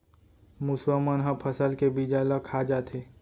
मुसवा मन ह फसल के बीजा ल खा जाथे